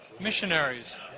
missionaries